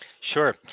Sure